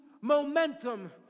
momentum